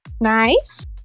Nice